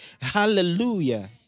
Hallelujah